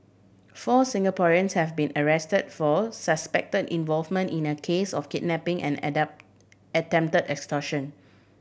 four Singaporeans have been arrest for suspect involvement in a case of kidnapping and attempted extortion